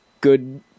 good